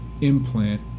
implant